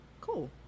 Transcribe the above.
cool